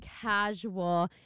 casual